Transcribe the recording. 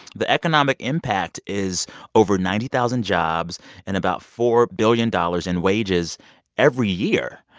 the economic impact is over ninety thousand jobs and about four billion dollars in wages every year.